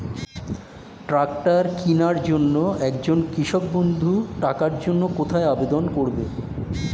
Tractor কিনার জন্য একজন কৃষক বন্ধু টাকার জন্য কোথায় আবেদন করবে?